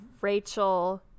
Rachel